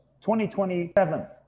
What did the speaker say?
2027